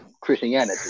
Christianity